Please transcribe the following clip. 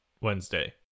wednesday